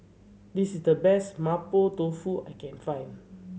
this is the best Mapo Tofu I can find